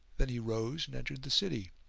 then he rose and entered the city,